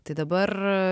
tai dabar